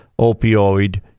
opioid